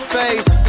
face